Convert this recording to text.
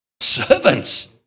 Servants